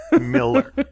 Miller